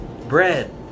Bread